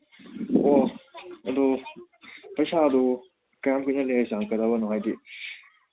ꯑꯣ ꯑꯗꯨ ꯄꯩꯁꯥꯗꯨ ꯀꯌꯥꯝ ꯀꯨꯏꯅ ꯂꯩꯔ ꯆꯪꯉꯛꯀꯗꯕꯅꯣ ꯍꯥꯏꯗꯤ